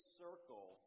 circle